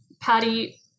Patty